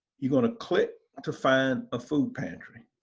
you gonna click to find a food pantry.